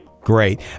Great